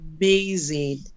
amazing